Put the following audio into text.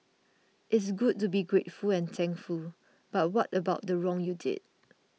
it's good to be grateful and thankful but what about the wrong you did